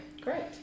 Great